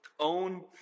own